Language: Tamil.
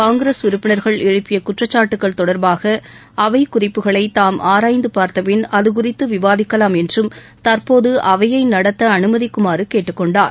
காங்கிரஸ் உறுப்பினர்கள் எழுப்பிய குற்றச்சாட்டுக்கள் தொடர்பாக அவை குறிப்புகளை தாம் ஆராய்ந்து பார்த்தபின் அதுகுறித்து விவாதிக்கலாம் என்றும் தற்போது அவையை நடத்த அனுமதிக்குமாறு கேட்டுக்கொண்டார்